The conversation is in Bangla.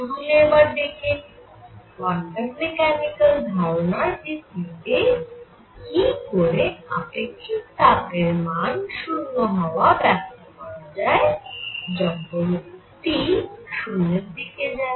তাহলে এবার দেখে নিই কোয়ান্টাম মেক্যানিকাল ধারণার ভিত্তি তে কি করে আপেক্ষিক তাপের মান 0 হওয়া ব্যাখ্যা করা হয় যখন T 0